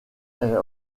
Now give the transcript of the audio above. est